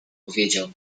powiedział